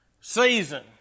season